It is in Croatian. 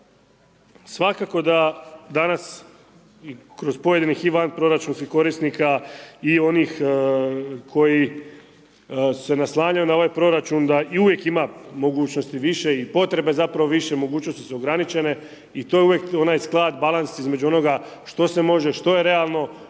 Svakako da danas kroz pojedini …/nerazumljivo/… proračunskih korisnika i onih koji se naslanjaju na ovaj proračun da i uvijek ima mogućnosti više i potrebe zapravo više, mogućnosti su ograničene i to je uvijek onaj sklad balans između onoga što se može što je realno